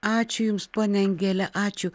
ačiū jums ponia angele ačiū